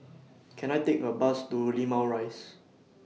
Can I Take A Bus to Limau Rise